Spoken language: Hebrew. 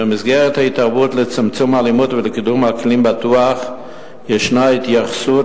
במסגרת ההתערבות לצמצום אלימות ולקידום אקלים בטוח ישנה התייחסות